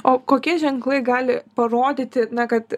o kokie ženklai gali parodyti kad